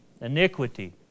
iniquity